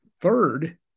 third